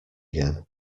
again